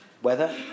weather